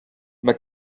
mae